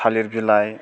थालिर बिलाइ